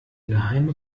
geheime